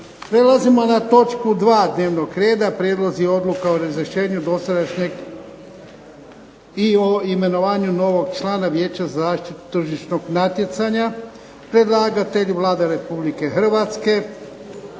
Prelazimo na točku 2. dnevnog reda - Prijedlozi odluka o razrješenju dosadašnjeg i o imenovanju novog člana Vijeća za zaštitu tržišnog natjecanja. Predlagatelj Vlada Republike Hrvatske.